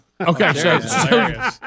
Okay